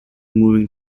moving